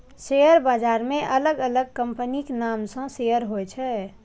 share बाजार मे अलग अलग कंपनीक नाम सं शेयर होइ छै